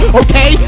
okay